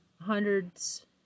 hundreds